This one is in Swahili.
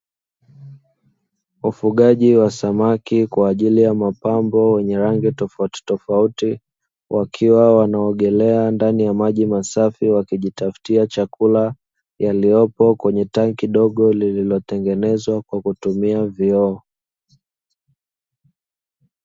Ufugaji wa samaki kwa ajili ya mapambo wenye rangi tofautitofauti, wakiwa wanaogelea ndani ya maji masafi, wakijitafutia chakula yaliyopo kwenye tangi dogo lililotengenezwa kwa kutumia vioo.